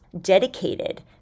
dedicated